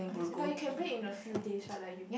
but you can bring in a few days right like you